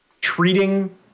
treating